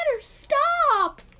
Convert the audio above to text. stop